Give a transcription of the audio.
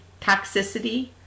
toxicity